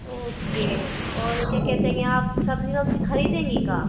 okay और क्या कहते हैं ये आप सब्ज़ी वबज़ी ख़रीदेंगी क्या